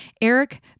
Eric